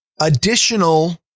additional